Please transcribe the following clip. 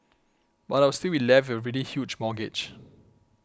but I would still be left with a really huge mortgage